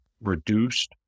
reduced